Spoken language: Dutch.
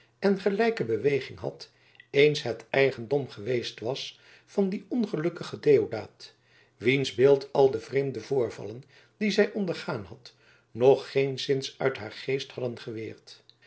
en gelijke beweging had eens het eigendom geweest was van dien ongelukkigen deodaat wiens beeld al de vreemde voorvallen die zij ondergaan had nog geenszins uit haar geest hadden geweerd